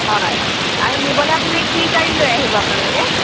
হয় আৰু নিবলৈ আপোনালোকে কি গাড়ী লৈ আহিব আপোনালোকে